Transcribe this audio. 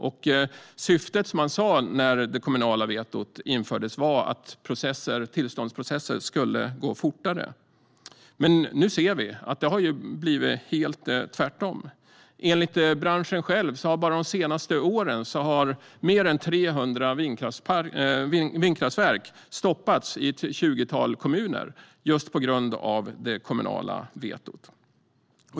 Det syfte man angav när det kommunala vetot infördes var att tillståndsprocesser skulle gå fortare, men nu ser vi att det har blivit helt tvärtom. Enligt branschen själv har bara de senaste åren mer än 300 vindkraftverk stoppats i ett tjugotal kommuner just på grund av det kommunala vetot.